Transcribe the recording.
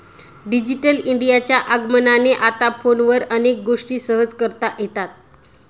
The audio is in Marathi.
डिजिटल इंडियाच्या आगमनाने आता फोनवर अनेक गोष्टी सहज करता येतात